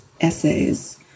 essays